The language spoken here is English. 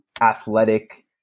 athletic